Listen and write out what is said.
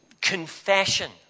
confession